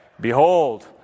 Behold